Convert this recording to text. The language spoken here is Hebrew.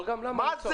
אבל למה לצעוק עליו?